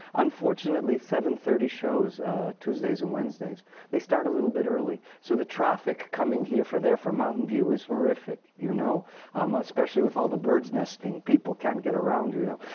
unfortunately, seven thirty shows tuesdays and wednesdays they start a little bit early. so the traffic coming here for there for mountain view is horrific, you know um especially with all the birds nesting. people can't get around, you know.